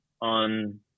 on